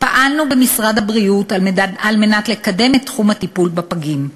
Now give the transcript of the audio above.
פעלנו במשרד הבריאות על מנת לקדם את תחום הטיפול בפגים: